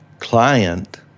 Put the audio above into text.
Client